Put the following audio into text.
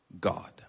God